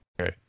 okay